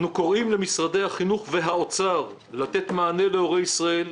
אנו קוראים למשרדי החינוך והאוצר לתת מענה להורי ישראל,